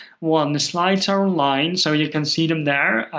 one, the slides are online, so you can see them there.